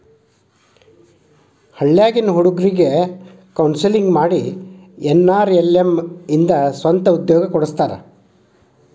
ಹಳ್ಳ್ಯಾಗಿನ್ ಹುಡುಗ್ರಿಗೆ ಕೋನ್ಸೆಲ್ಲಿಂಗ್ ಮಾಡಿ ಎನ್.ಆರ್.ಎಲ್.ಎಂ ಇಂದ ಸ್ವಂತ ಉದ್ಯೋಗ ಕೊಡಸ್ತಾರ